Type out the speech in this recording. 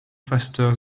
faster